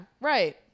right